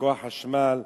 כוח חשמל,